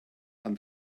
and